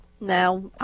Now